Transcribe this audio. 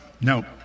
no